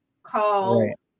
Called